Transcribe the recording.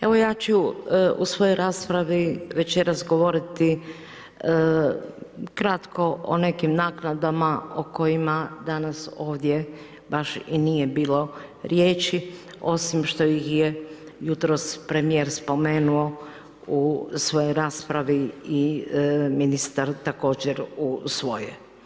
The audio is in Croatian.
Evo ja ću u svojoj raspravi večeras govoriti kratko o nekim naknadama o kojima danas ovdje baš i nije bilo riječi osim što ih je jutros premijer spomenuo u svojoj raspravi i ministar također u svojoj.